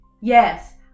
yes